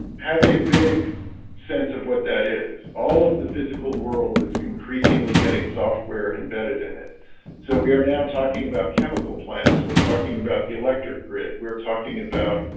have a big sense of what that is all of the physical world is increasingly getting software embedded in it so we now talking about chemical plants. we're talking about the electric grid we're talking about